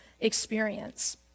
experience